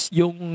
yung